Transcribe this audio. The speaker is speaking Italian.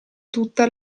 tutta